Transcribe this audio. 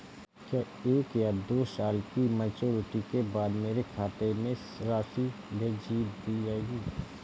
क्या एक या दो साल की मैच्योरिटी के बाद मेरे खाते में राशि भेज दी जाएगी?